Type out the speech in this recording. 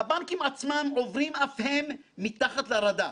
הבנקים עצמם עוברים אף הם "מתחת לרדאר"